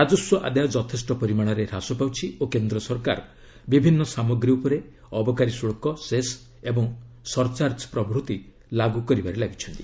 ରାଜସ୍ୱ ଆଦାୟ ଯଥେଷ୍ଟ ପରିମାଣରେ ହ୍ରାସ ପାଉଛି ଓ କେନ୍ଦ୍ର ସରକାର ବିଭିନ୍ନ ସାମଗ୍ରୀ ଉପରେ ଅବକାରୀ ଶୁଲ୍କ ସେସ୍ ଏବଂ ସର୍ଚାର୍ଜ ଲାଗୁ କରିବାରେ ଲାଗିଛନ୍ତି